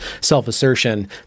self-assertion